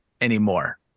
anymore